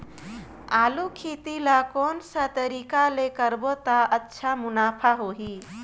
आलू खेती ला कोन सा तरीका ले करबो त अच्छा मुनाफा होही?